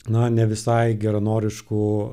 na ne visai geranoriškų